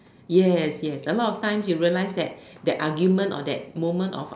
yes yes a lot of times you realise that that argument or that moment of